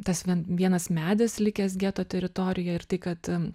tas vien vienas medis likęs geto teritorije ir tai kad